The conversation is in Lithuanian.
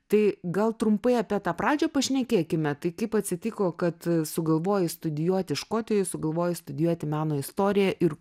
tai gal trumpai apie tą pradžią pašnekėkime tai kaip atsitiko kad sugalvojai studijuoti škotijoj sugalvojai studijuoti meno istoriją ir